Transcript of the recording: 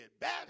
Bad